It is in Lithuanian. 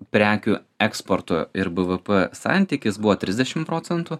prekių eksporto ir bvp santykis buvo trisdešim procentų